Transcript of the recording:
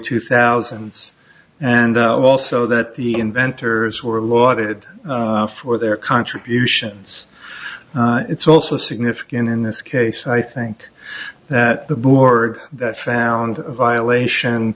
two thousand and also that the inventors were lauded for their contributions it's also significant in this case i think that the board that found a violation